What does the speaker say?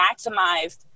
maximized